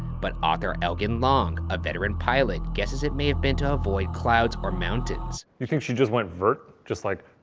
but author elgen long, a veteran pilot, guesses it may have been to avoid clouds or mountains. you think she just went vert, just like.